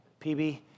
PB